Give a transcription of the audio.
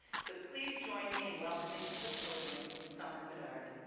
so please join me in welcoming to the podium summer bedard.